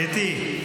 קטי,